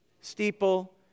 steeple